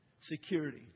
security